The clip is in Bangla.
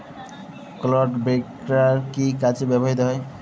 ক্লড ব্রেকার কি কাজে ব্যবহৃত হয়?